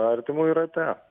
artimųjų rate